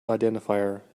identifier